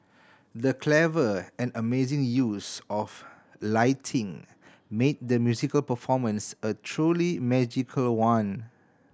the clever and amazing use of lighting made the musical performance a truly magical one